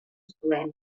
zuen